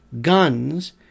guns